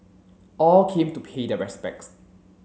all came to pay their respects